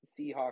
Seahawks